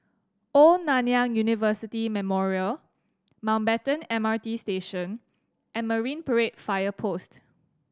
Old Nanyang University Memorial Mountbatten M R T Station and Marine Parade Fire Post